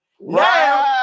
Now